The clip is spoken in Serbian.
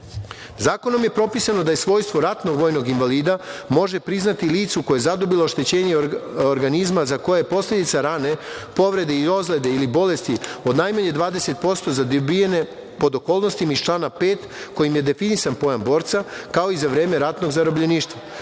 zaštite. Zakonom je propisano da je svojstvo ratnog vojnog invalida može priznati licu koje je zadobilo oštećenje organizma za koje je posledica rane povrede ili ozlede ili bolesti od najmanje 20% za dobijene, pod okolnostima iz člana 5. kojim je definisan pojam borca, kao i za vreme ratnog zarobljeništva.